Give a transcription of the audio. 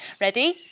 ready?